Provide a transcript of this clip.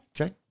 Okay